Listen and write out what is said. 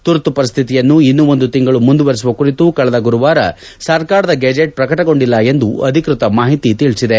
ತುರ್ತು ಪರಿಸ್ಥಿತಿಯನ್ನು ಇನ್ನೂ ಒಂದು ತಿಂಗಳು ಮುಂದುವರಿಸುವ ಕುರಿತು ಕಳೆದ ಗುರುವಾರ ಸರ್ಕಾರದ ಗೆಜೆಟ್ ಪ್ರಕಟಗೊಂಡಿಲ್ಲ ಎಂದು ಅಧಿಕೃತ ಮಾಹಿತಿ ತಿಳಿಸಿದೆ